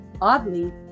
Oddly